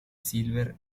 silver